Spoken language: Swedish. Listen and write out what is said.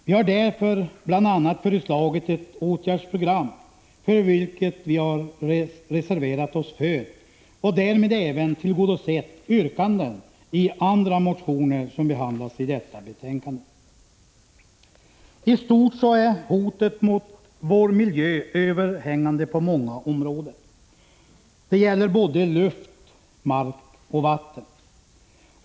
Vi har därför föreslagit ett åtgärdsprogram, för vilket vi har reserverat oss och därmed även tillgodosett yrkanden i andra motioner som behandlas i detta betänkande. I stort är hotet mot vår miljö överhängande på många områden. Det gäller både luft, mark och vatten.